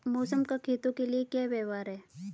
मौसम का खेतों के लिये क्या व्यवहार है?